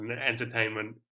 entertainment